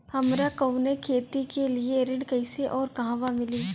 हमरा कवनो खेती के लिये ऋण कइसे अउर कहवा मिली?